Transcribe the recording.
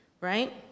right